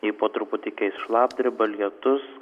jį po truputį keis šlapdriba lietus